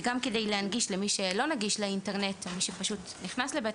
וגם כדי להנגיש למי שלא נגיש לאינטרנט ומי שפשוט נכנס לבית